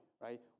right